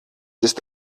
ist